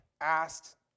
asked